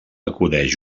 acudeix